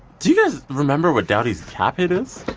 do you guys remember what doughty's cap hit is?